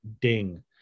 ding